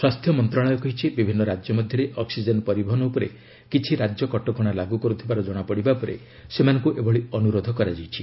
ସ୍ୱାସ୍ଥ୍ୟ ମନ୍ତ୍ରଶାଳୟ କହିଛି ବିଭିନ୍ନ ରାଜ୍ୟ ମଧ୍ୟରେ ଅକ୍ୱିଜେନ୍ ପରିବହନ ଉପରେ କିଛି ରାଜ୍ୟ କଟକଣା ଲାଗୁ କରୁଥିବାର ଜଣାପଡ଼ିବା ପରେ ସେମାନଙ୍କୁ ଏଭଳି ଅନୁରୋଧ କରାଯାଇଛି